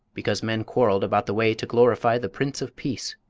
because men quarrelled about the way to glorify the prince of peace.